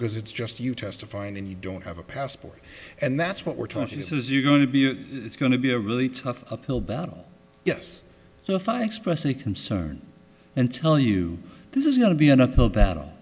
because it's just you testifying and you don't have a passport and that's what we're talking this is you going to be it's going to be a really tough uphill battle yes so if i express any concern and tell you this is going to be an uphill battle